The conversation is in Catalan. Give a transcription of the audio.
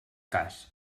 cas